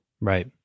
Right